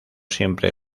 siempre